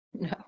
no